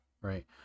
right